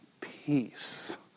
peace